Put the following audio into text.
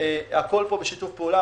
הכול בשיתוף פעולה,